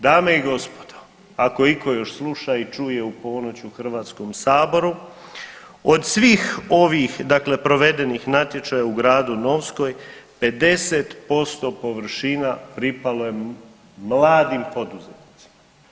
Dame i gospodo, ako itko još sluša i čuje u ponoć u Hrvatskom saboru od svih ovih, dakle provedenih natječaja u gradu Novskoj 50% površina pripalo je mladim poduzetnicima.